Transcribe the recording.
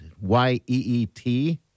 Y-E-E-T